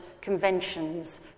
conventions